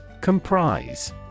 Comprise